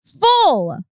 full